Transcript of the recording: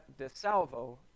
DeSalvo